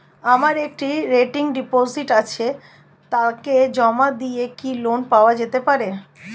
আমার একটি recurring deposit আছে তাকে জমা দিয়ে কি লোন পাওয়া যেতে পারে?